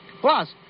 Plus